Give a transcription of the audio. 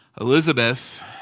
Elizabeth